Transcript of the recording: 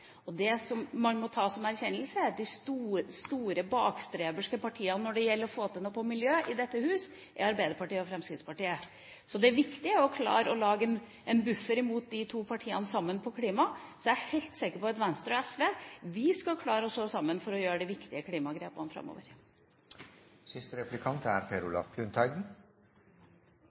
Det som man må ta som en erkjennelse, er at de store bakstreverske partiene i dette huset når det gjelder å få til noe på miljøet, er Arbeiderpartiet og Fremskrittspartiet. Det er viktig å klare å lage en buffer mot de to partiene sammen på klima, så jeg er helt sikker på at Venstre og SV skal klare å stå sammen for å gjøre de viktige klimagrepene framover. Jeg hører med til dem som mener at uttrykket ekteskap – om det er